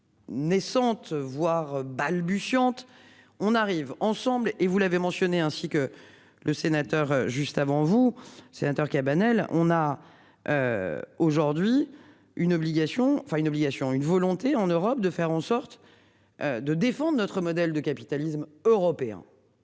Naissante voire balbutiante on arrive ensemble et vous l'avez mentionné, ainsi que le sénateur juste avant vous sénateur Cabanel on a. Aujourd'hui, une obligation enfin une obligation une volonté en Europe de faire en sorte. De défendre notre modèle de capitalisme européen.